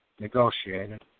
Negotiated